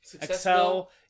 excel